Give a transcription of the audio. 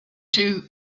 two